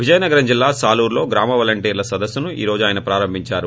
విజయనగరం జిల్లా సాలూరులో గ్రామ వాలంట్ర్ల సదస్సును ఈ రోజు ఆయన ప్రారంభించారు